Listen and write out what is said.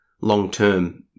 long-term